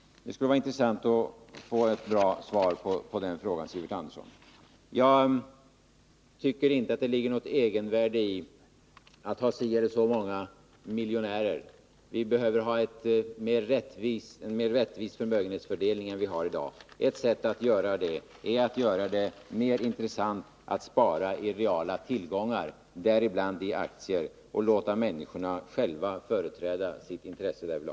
Det skulle vara intressant att få ett svar på dessa frågor. Jag tycker inte att det ligger något egenvärde i att ha si eller så många miljonärer. Vi behöver en mer rättvis förmögenhetsfördelning än vi har i dag. Ett sätt att åstadkomma det är att göra det mer intressant att spara i reala tillgångar, däribland aktier, och låta människorna själva företräda sina egna intressen.